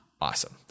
awesome